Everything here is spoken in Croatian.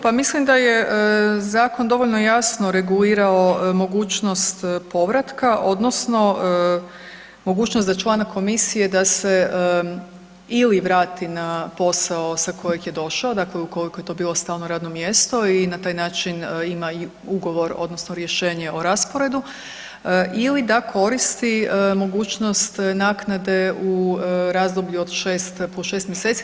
Pa mislim da je zakon dovoljno jasno regulirao mogućnost povratka odnosno mogućnost za člana komisije da se ili vrati na posao sa kojeg je došao, dakle ukoliko je to bilo stalno radno mjesto i na taj način ima ugovor odnosno rješenje o rasporedu ili da koristi mogućnost naknade u razdoblju od 6 plus 6 mjeseci.